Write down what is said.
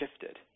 shifted